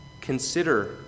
consider